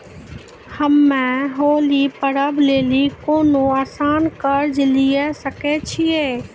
हम्मय होली पर्व लेली कोनो आसान कर्ज लिये सकय छियै?